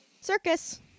Circus